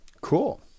Cool